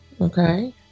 Okay